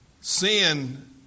Sin